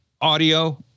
Audio